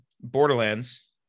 Borderlands